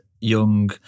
young